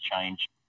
change